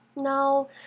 Now